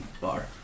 bar